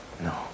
no